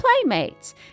Playmates